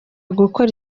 gukora